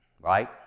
Right